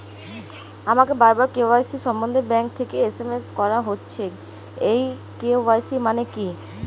আমাকে বারবার কে.ওয়াই.সি সম্বন্ধে ব্যাংক থেকে এস.এম.এস করা হচ্ছে এই কে.ওয়াই.সি মানে কী?